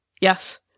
Yes